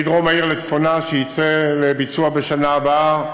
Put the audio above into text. מדרום העיר לצפונה, שיצא לביצוע בשנה הבאה,